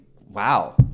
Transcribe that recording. wow